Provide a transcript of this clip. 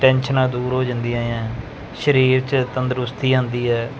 ਟੈਨਸ਼ਨਾਂ ਦੂਰ ਹੋ ਜਾਂਦੀਆਂ ਆ ਸਰੀਰ 'ਚ ਤੰਦਰੁਸਤੀ ਆਉਂਦੀ ਹੈ